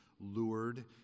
lured